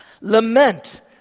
Lament